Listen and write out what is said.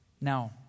Now